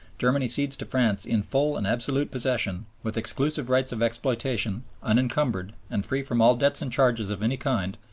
germany cedes to france in full and absolute possession, with exclusive rights of exploitation, unencumbered, and free from all debts and charges of any kind,